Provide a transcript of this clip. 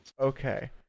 Okay